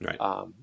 Right